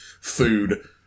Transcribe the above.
food